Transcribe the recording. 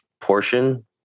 portion